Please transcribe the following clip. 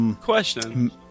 Question